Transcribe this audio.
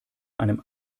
einem